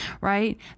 right